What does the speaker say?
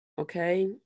Okay